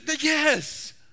Yes